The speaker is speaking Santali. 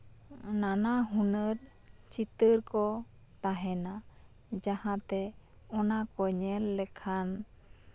ᱱᱟᱱᱟᱦᱩᱱᱟᱹᱨ ᱪᱤᱛᱟᱹᱨ ᱠᱚ ᱛᱟᱦᱮᱱᱟ ᱡᱟᱦᱟᱸᱛᱮ ᱚᱱᱟ ᱠᱚ ᱧᱮᱞ ᱞᱮᱠᱷᱟᱱ